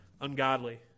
ungodly